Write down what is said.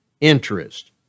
interest